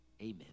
Amen